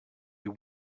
you